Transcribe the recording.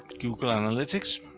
google analytics?